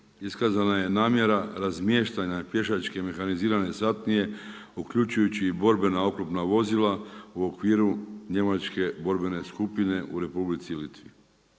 iskazana je namjera razmještanja pješačke mehanizirane satnije uključujući i borbena oklopna vozila u okviru njemačke borbene skupine u Republici Litvi.